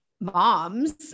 moms